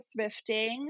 thrifting